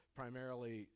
primarily